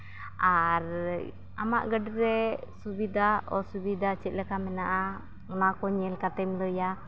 ᱟᱨ ᱟᱢᱟᱜ ᱜᱟᱹᱰᱤ ᱨᱮ ᱥᱩᱵᱤᱫᱟ ᱚᱥᱩᱵᱤᱫᱟ ᱪᱮᱫ ᱞᱮᱠᱟ ᱢᱮᱱᱟᱜᱼᱟ ᱚᱱᱟ ᱠᱚ ᱧᱮᱞ ᱠᱟᱛᱮᱫ ᱮᱢ ᱞᱟᱹᱭᱟ